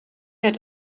had